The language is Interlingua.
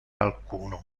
alcuno